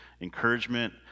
encouragement